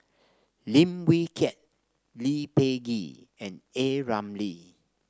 Lim Wee Kiak Lee Peh Gee and A Ramli